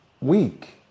week